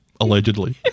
allegedly